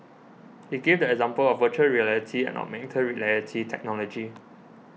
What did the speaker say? he gave the example of Virtual Reality and augmented reality technology